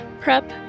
PrEP